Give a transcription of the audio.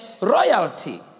royalty